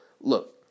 look